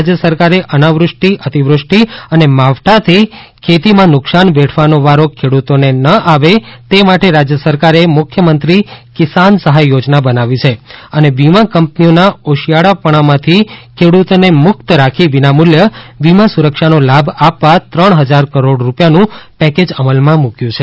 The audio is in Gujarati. રાજ્ય સરકારે અનાવૃષ્ટિ અતિવૃષ્ટિ અને માવઠાથી ખેતીમાં નુકશાન વેઠવાનો વારો ખેડ્રતોને ન આવે તે માટે રાજ્ય સરકારે મુખ્યમંત્રી કિસાન સહાય યોજના બનાવી છે અને વીમા કંપનીઓના ઓશિયાળાપણામાંથી ખેડૂતોને મુક્ત રાખી વિના મૂલ્યે વીમા સુરક્ષાનો લાભ આપવા ત્રણ હજાર કરોડ રૂપિયાનું પેકેજ અમલમાં મૂક્યું છે